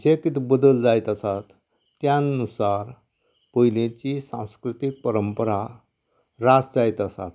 जे कितें बदल जायत आसात त्या नुसार पयलिची सांस्कृतीक परंपरा नाश जायत आसात